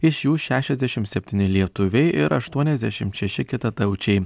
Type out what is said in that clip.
iš jų šešiasdešimt septyni lietuviai ir aštuoniasdešimt šeši kitataučiai